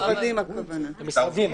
הכוונה למשרדים.